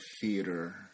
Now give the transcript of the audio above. theater